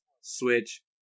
Switch